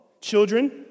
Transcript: children